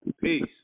Peace